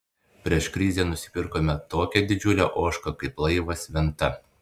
prieš krizę nusipirkome tokią didžiulę ožką kaip laivas venta